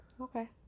okay